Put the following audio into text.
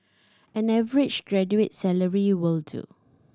an average graduate's salary will do